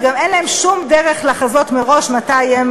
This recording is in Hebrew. וגם אין להם שום דרך לחזות מראש מתי הם